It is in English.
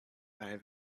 have